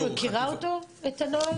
את מכירה את הנוהל?